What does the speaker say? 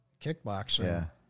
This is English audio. kickboxing